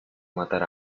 matar